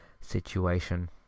situation